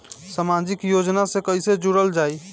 समाजिक योजना से कैसे जुड़ल जाइ?